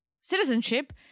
citizenship